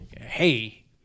hey